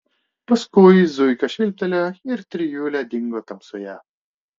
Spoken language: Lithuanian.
paskui zuika švilptelėjo ir trijulė dingo tamsoje